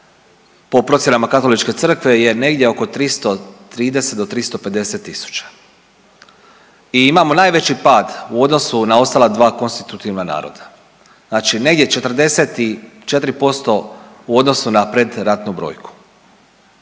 po procjenama katoličke crkve je negdje 330 do 350 000. I imamo najveći pad u odnosu na ostala dva konstitutivna naroda. Znači negdje 44% u odnosu na predratnu brojku.